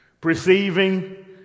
Perceiving